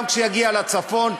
גם כשיגיע לצפון,